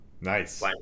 Nice